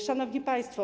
Szanowni Państwo!